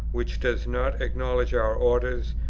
which does not acknowledge our orders,